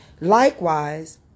Likewise